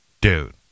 Dude